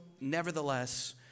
nevertheless